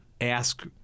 ask